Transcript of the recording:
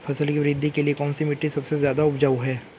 फसल की वृद्धि के लिए कौनसी मिट्टी सबसे ज्यादा उपजाऊ है?